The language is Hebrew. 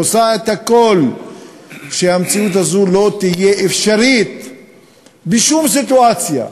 עושה את הכול שהמציאות הזאת לא תהיה אפשרית בשום סיטואציה.